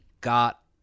got